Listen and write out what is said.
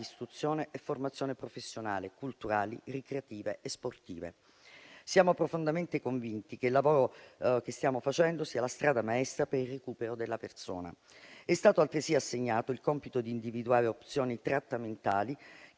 istruzione e formazione professionale, culturali, ricreative e sportive. Siamo profondamente convinti che il lavoro che stiamo facendo sia la strada maestra per il recupero della persona. È stato altresì assegnato il compito di individuare opzioni trattamentali